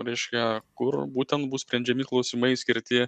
reiškia kur būtent bus sprendžiami klausimai skirti